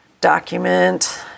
Document